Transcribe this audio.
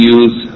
use